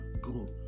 grow